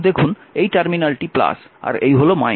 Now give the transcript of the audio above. এখন দেখুন এই টার্মিনালটি আর এই হল